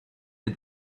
did